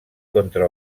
contra